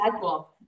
cool